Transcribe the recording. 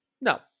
No